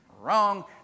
Wrong